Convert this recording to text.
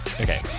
Okay